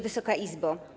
Wysoka Izbo!